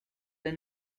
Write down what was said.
the